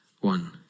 one